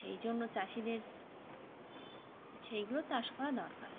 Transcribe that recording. সেই জন্য চাষিদের সেইগুলো চাষ করা দরকার